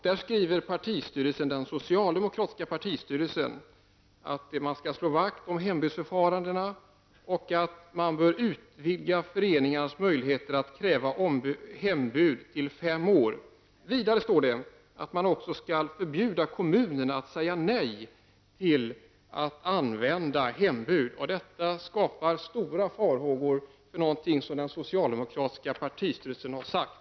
Där skriver den socialdemokratiska partistyrelsen att man skall slå vakt om hembudsförfarandena och att man skall utvidga föreningars möjligheter att kräva hembud till fem år. Vidare står det att man också skall förbjuda kommunerna att säga nej till att använda hembud. Och detta skapar stora farhågor för något som den socialdemokratiska partistyrelsen har sagt.